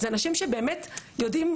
זה אנשים שבאמת יודעים,